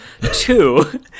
Two